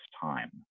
time